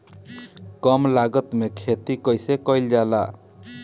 कम लागत में खेती कइसे कइल जाला?